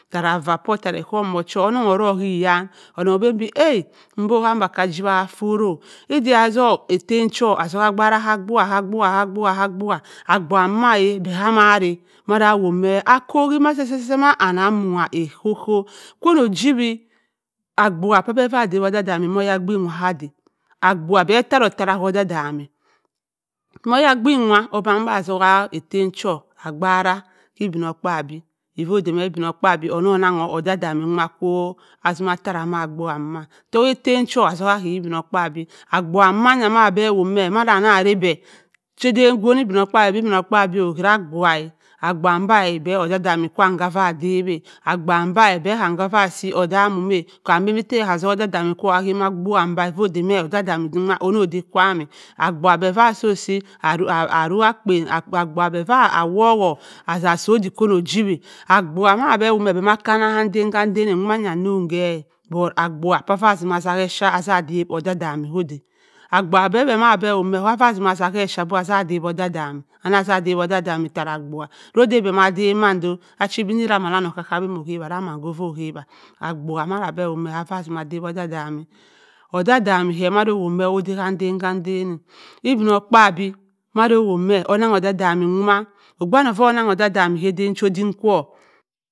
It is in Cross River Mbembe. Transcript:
Tara offa poh tara osohm morh kwu onong osu ki nyen ma oben-beh ahh! Mbo-ma amaka jiwa-ku-ofuro, ote otok etem kwu otok abaghe si abuagha-abuagha, abuagha mboma kame reh ayomeh aku-ki meh ma kame reh ayomeh aku-ki meh titi-meh akwa arok ehop-hop chi-no ojiwi, abuaghe pi beh ma dewa odim-dama moh oyagban nwa ke-deh, abuagha beh ataro otaro ka odi-dam, ma oyigbin nwa oban-beh atok etem cho agbaka ki ibinokpabi iffi ode beh ibinokpabi onanghu odidama nwa kwo atima atara ma abuagha mba, tok etem kwu atogha eke sa obin okpabi abuagha maya ahomeh amena-aningha arebeh chiden wona obinokpabi beh obinokpabi oh kera abuagha, abuagha mba beh mma odi-dama kwam madewe, abuagha mba beh bok mmasi odamum, toka odi-dama kwu ake ma abuagha mba, abuagha beh ma awoku nda-asa odick kwi no jiwi, abuagha nda-asa odick kwi no jiwi, abuagha mba beh ekana-ke eden-ka-eden nwo mah nsu keh, but sbuagha fu ma atima ata ke esha adeadap odi-dama ka ade, abuagha mba pi ma atima ate eschip ade dewi odi-damma okde oabugh beh-beh kwo ma atima ate wscha beh ade adip odimdama aduagha ku-debeh ma adeb mando, achi-beh odi-dama ke ma owo de ka eden-kaden ibinokpabi ma do owo meh onanho odi-dama okpe wanne kwu mo onang odi-damma ke eden chi odim-kwu.